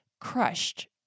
crushed